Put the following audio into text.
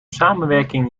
samenwerking